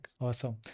Awesome